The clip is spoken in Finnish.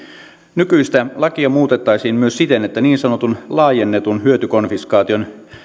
nykyistä lakia muutettaisiin myös siten että niin sanotun laajennetun hyötykonfiskaation